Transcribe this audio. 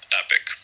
epic